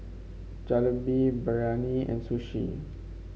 Jalebi Biryani and Sushi